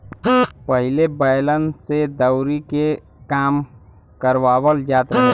पहिले बैलन से दवरी के काम करवाबल जात रहे